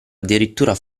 addirittura